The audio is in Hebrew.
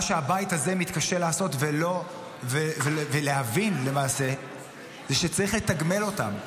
מה שהבית הזה מתקשה לעשות ולמעשה להבין זה שצריך לתגמל אותם.